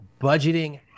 budgeting